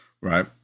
right